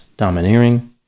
domineering